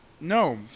No